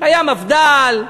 היה מפד"ל,